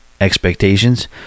expectations